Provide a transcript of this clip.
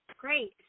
Great